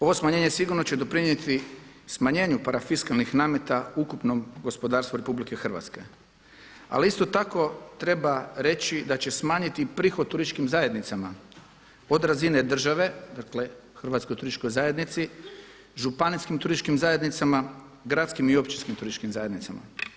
Ovo smanjenje sigurno će doprinijeti smanjenju parafiskalnih nameta ukupnom gospodarstvu Republike Hrvatske, ali isto tako treba reći da će smanjiti prihod turističkim zajednicama od razine države, dakle Hrvatskoj turističkoj zajednici, županijskim turističkim zajednicama, gradskim i općinskim turističkim zajednicama.